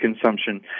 consumption